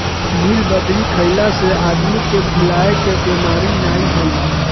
नीलबदरी खइला से आदमी के भुलाए के बेमारी नाइ होला